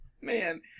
Man